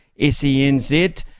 SENZ